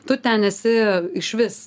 tu ten esi išvis